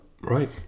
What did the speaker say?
Right